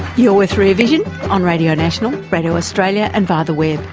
you're with rear vision on radio national, radio australia and via the web.